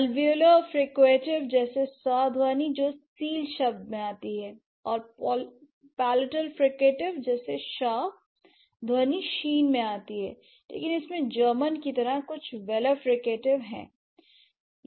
alveolar fricative जैसे s ध्वनि जो सील शब्द मैं आती है lऔर पालिटल फ्रिकेटिव जैसे ʃ ध्वनि शीन में आती है लेकिन इसमें जर्मन की तरह कुछ वेलर फ्रिकेटिव है